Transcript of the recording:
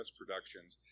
productions